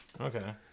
Okay